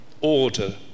order